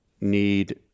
need